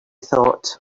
thought